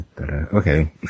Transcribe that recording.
Okay